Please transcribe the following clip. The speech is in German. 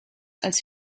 als